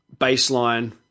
baseline